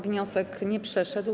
Wniosek nie przeszedł.